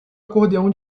acordeão